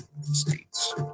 states